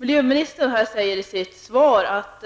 Miljöministern säger i sitt svar att